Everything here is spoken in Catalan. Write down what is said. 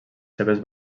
seves